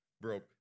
Broke